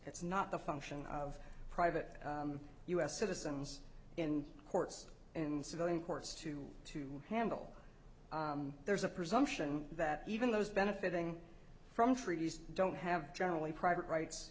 it's not the function of private u s citizens in courts in civilian courts to to handle there's a presumption that even those benefiting from free use don't have generally private rights